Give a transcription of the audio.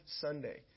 Sunday